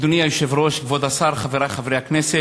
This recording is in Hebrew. אדוני היושב-ראש, כבוד השר, חברי חברי הכנסת,